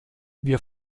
wir